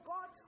God